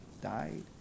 died